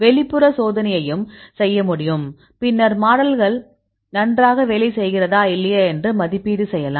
வெளிப்புற சோதனையையும் செய்ய முடியும் பின்னர் மாடல்கள் நன்றாக வேலை செய்கிறதா இல்லையா என்று மதிப்பீடு செய்யலாம்